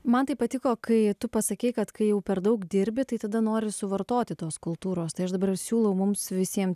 man taip patiko kai tu pasakei kad kai jau per daug dirbi tai tada nori suvartoti tos kultūros tai aš dabar ir siūlau mums visiem